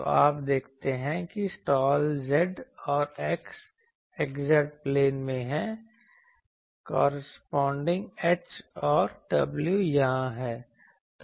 तो आप देखते हैं कि स्लॉट z और x x z प्लेन में है कॉरस्पॉडिंग h और w यहाँ हैं